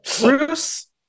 Bruce